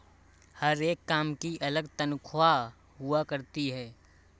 हर एक काम की अलग तन्ख्वाह हुआ करती है